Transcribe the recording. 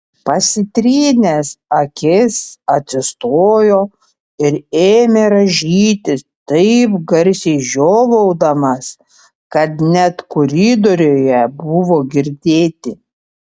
pasitrynęs akis atsistojo ir ėmė rąžytis taip garsiai žiovaudamas kad net koridoriuje buvo girdėti